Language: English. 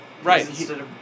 Right